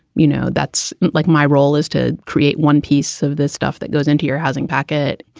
you know, that's like my role is to create one piece of this stuff that goes into your housing packet.